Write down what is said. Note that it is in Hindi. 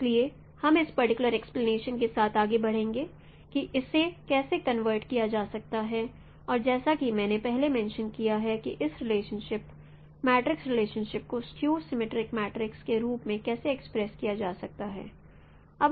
इसलिए हम इस पर्टिकुलर एक्सप्लेनेशन के साथ आगे बढ़ेंगे कि इसे कैसे कन्वर्ट किया जा सकता है और जैसा कि मैंने पहले मेंशं किया है कि इस रिलेशनशिप मैट्रिक्स रिलेशनशिप को स्क्यू सिमेट्रिक मैट्रिक्स के रूप में कैसे एक्सप्रेस किया जा सकता है